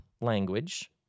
language